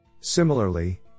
Similarly